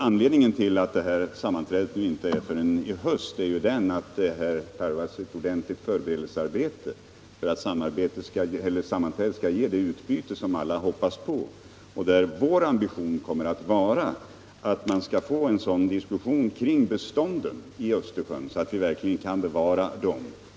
Anledningen till att kommissionen inte sammanträder förrän i höst är att det tarvas ett ordentligt förberedelsearbete för att sammanträdet skall ge det utbyte som alla hoppas på och där vår ambition kommer att vara att få till stånd en diskussion kring fiskbeståndet i Östersjön så att det verkligen bevaras.